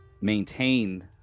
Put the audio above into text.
maintain